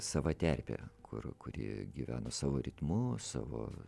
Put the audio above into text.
sava terpė kur kur jie gyvena savo ritmu savo